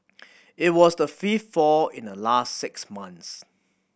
it was the fifth fall in the last six months